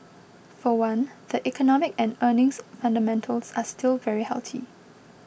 for one the economic and earnings fundamentals are still very healthy